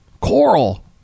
Coral